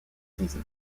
season